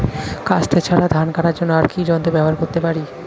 কাস্তে ছাড়া ধান কাটার জন্য আর কি যন্ত্র ব্যবহার করতে পারি?